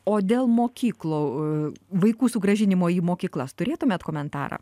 o dėl mokyklų vaikų sugrąžinimo į mokyklas turėtumėt komentarą